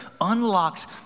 unlocks